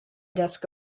desk